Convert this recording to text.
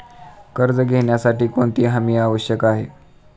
कर्ज घेण्यासाठी कोणती हमी आवश्यक आहे?